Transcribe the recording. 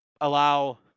allow